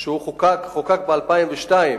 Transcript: שחוקק ב-2002.